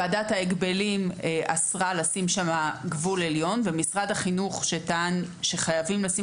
ועדת ההגבלים אסרה לשים שם גבול עליון ומשרד החינוך שטען שחייבים לשים